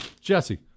Jesse